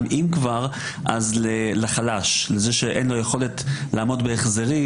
אז אנחנו שולחים לו מפה החלמה מהירה ושאנחנו רוצים אותו פה